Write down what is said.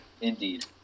Indeed